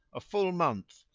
a full month,